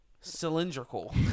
cylindrical